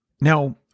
Now